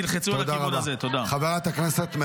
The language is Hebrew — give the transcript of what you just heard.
תודה רבה.